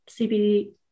CBD